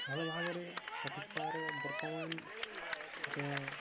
ଭଲ ଭାବରେ ସଠିକ ତା'ର ବର୍ତ୍ତମାନ ଯେଉଁ